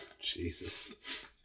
Jesus